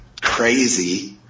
crazy